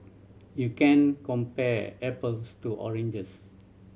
you can compare apples to oranges